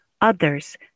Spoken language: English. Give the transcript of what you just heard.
others